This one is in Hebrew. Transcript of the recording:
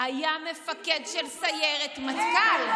היה מפקד של סיירת מטכ"ל.